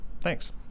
Thanks